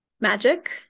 magic